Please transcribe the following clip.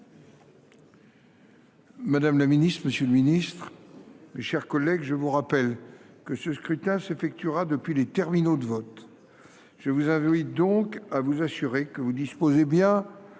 rapport n° 84, avis n° 80). Mes chers collègues, je vous rappelle que ce scrutin s’effectuera depuis les terminaux de vote. Je vous invite donc à vous assurer que vous disposez bien